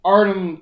Artem